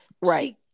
right